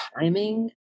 timing